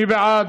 מי בעד?